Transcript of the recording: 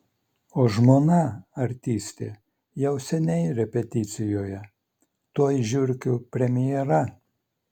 o žmona artistė jau seniai repeticijoje tuoj žiurkių premjera